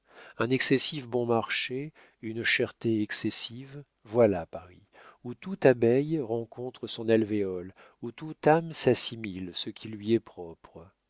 un excessif bon marché une cherté excessive voilà paris où toute abeille rencontre son alvéole où tout âme s'assimile ce qui lui est propre